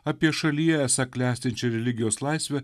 apie šalyje esą klestinčią religijos laisvę